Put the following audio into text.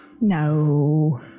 No